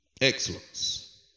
excellence